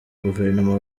guverinoma